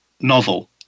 novel